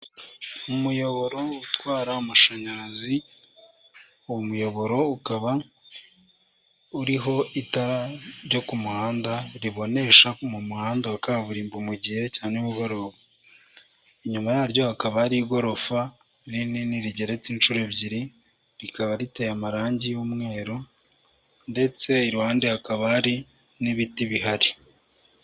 Umuyoboro utwara amashanyarazi, uwo muyoboro ukaba uriho itara ryo ku muhanda ribonesha mu muhanda wa kaburimbo mu gihe cya nimugoroba, inyuma yaryo hakaba hari igorofa rinini rigeretse inshuro ebyiri, rikaba riteye amarangi y'umweru ndetse iruhande hakaba hari n'ibiti bihari.